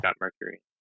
Mercury